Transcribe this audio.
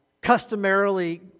customarily